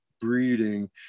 breeding